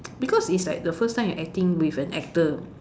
because is like the first time you're acting with an actor